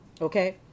Okay